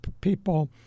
people